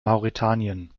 mauretanien